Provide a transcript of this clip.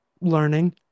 learning